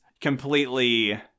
completely